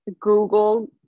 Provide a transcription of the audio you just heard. Google